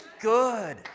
good